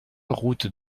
route